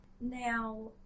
Now